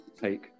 take